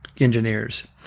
engineers